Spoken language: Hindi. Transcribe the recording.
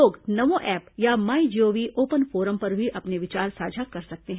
लोग नमो ऐप या माई जीओवी ओपन फोरम पर भी अपने विचार साझा कर सकते हैं